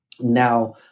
now